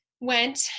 went